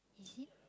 is it